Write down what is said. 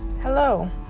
Hello